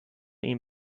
ihm